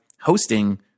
hosting